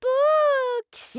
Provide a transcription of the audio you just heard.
books